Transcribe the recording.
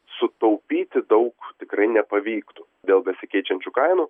sutaupyti daug tikrai nepavyktų dėl besikeičiančių kainų